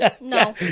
No